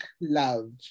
Love